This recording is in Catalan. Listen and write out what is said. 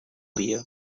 dia